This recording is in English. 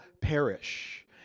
perish